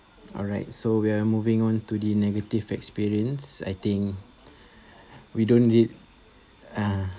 alright so we're moving on to the negative experience I think we don't read ah